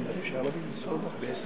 פה כולם חושבים שזה גן-עדן של נישוקים פה.